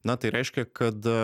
na tai reiškia kad